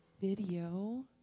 video